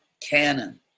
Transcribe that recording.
canon